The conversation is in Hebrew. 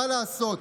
מה לעשות.